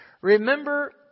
Remember